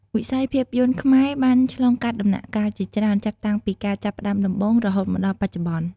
វិស័យភាពយន្តខ្មែរបានឆ្លងកាត់ដំណាក់កាលជាច្រើន ចាប់តាំងពីការចាប់ផ្ដើមដំបូងរហូតមកដល់បច្ចុប្បន្ន។